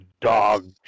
dog